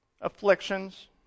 afflictions